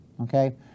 okay